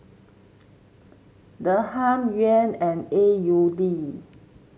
Dirham Yuan and A U D